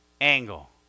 angle